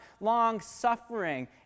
long-suffering